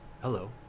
Hello